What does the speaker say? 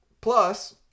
Plus